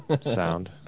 sound